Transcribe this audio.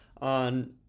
on